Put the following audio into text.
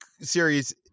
series